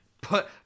Put